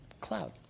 Cloud